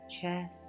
chest